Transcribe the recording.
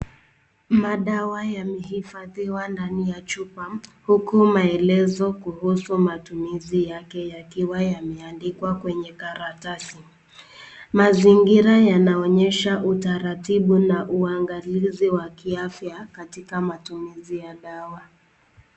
Madawa yameifadhiwa ndani ya chupa. Huku maelezo kuhusu matumizi yake yakiwa yameandikwa kwenye karatasi. Mazingira yanaonyesha utaratibu na uangalizi wa kiafya katika matumizi ya dawa.